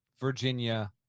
Virginia